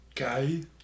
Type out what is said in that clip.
Okay